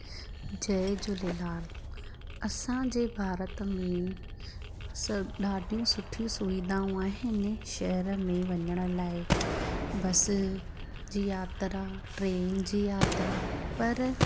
जय झूलेलाल असांजे भारत में सभु ॾाढियूं सुठी सुविधाऊं आहिनि शहर में वञण लाइ बस जी यात्रा ट्रेन जी यात्रा पर